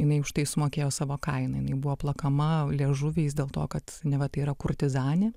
jinai už tai sumokėjo savo kainą jinai buvo plakama liežuviais dėl to kad neva tai yra kurtizanė